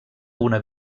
una